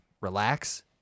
relax